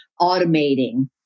automating